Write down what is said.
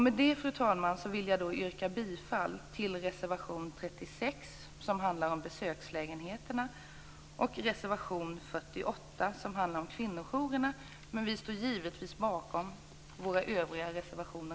Med det, fru talman, vill jag yrka bifall till reservation 36, som handlar om besökslägenheter, och reservation 48, som handlar om kvinnojourer. Vi står givetvis också bakom våra övriga reservationer.